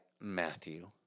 matthew